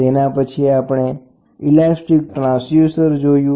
તેના પછી આપણે એક ડાયાફાર્મ વાળુ ઇલાસ્ટિક ટ્રાન્સડ્યુસર જોયું